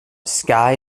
sky